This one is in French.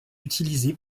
utilisé